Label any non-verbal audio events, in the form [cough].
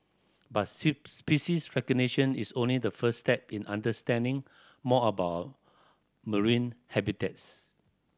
but [unintelligible] species recognition is only the first step in understanding more about marine habitats